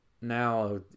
now